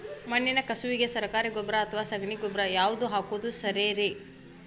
ಮಣ್ಣಿನ ಕಸುವಿಗೆ ಸರಕಾರಿ ಗೊಬ್ಬರ ಅಥವಾ ಸಗಣಿ ಗೊಬ್ಬರ ಯಾವ್ದು ಹಾಕೋದು ಸರೇರಿ?